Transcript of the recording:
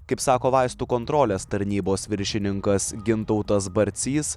kaip sako vaistų kontrolės tarnybos viršininkas gintautas barcys